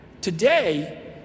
today